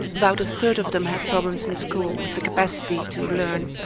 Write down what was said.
about a third of them had problems in school with the capacity to learn.